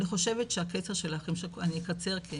אני אקצר.